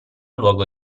luogo